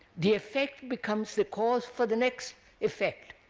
the effect becomes the cause for the next effect.